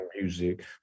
music